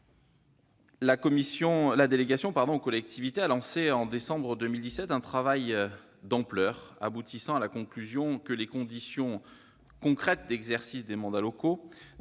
La délégation a lancé en décembre 2017 un travail d'ampleur, aboutissant à la conclusion que les conditions concrètes d'exercice des mandats locaux